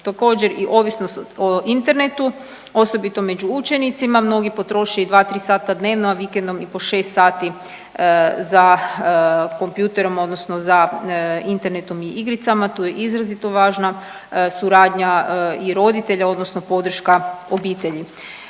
Također i ovisnost o internetu osobito među učenicima. Mnogi potroše i dva, tri sata dnevno, a vikendom i po 6 sati za kompjuterom, odnosno za internetom i igricama. Tu je izrazito važna suradnja i roditelja, odnosno podrška obitelji.